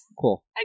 Cool